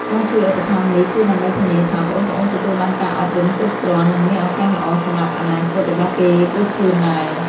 ការជួយឧបត្ថម្ភនេះគឺដើម្បីធានាថាប្អូនៗទទួលបានការអប់រំគ្រប់គ្រាន់ និងមានឱកាសល្អសម្រាប់អនាគតរបស់គេ ដូចខ្លួនដែរ។